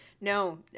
No